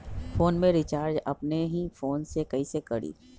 Phone में recharge अपने ही फ़ोन से कईसे करी?